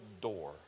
door